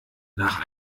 nach